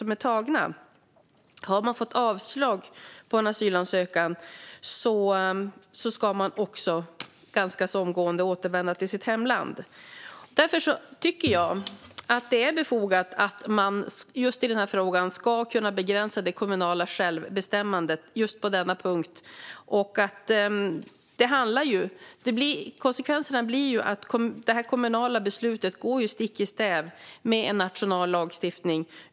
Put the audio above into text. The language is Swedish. Om man har fått avslag på en asylansökan ska man också ganska omgående återvända till sitt hemland. Jag tycker därför att det är befogat att man i den här frågan ska kunna begränsa det kommunala självbestämmandet just på denna punkt. Konsekvenserna blir annars att det kommunala beslutet går stick i stäv med nationell lagstiftning.